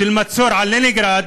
של מצור על לנינגרד,